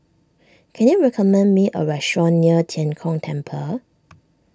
can you recommend me a restaurant near Tian Kong Temple